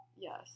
Yes